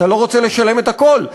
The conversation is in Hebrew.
אתה לא רוצה לשלם את הכול,